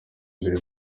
imbere